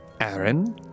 Aaron